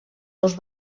ous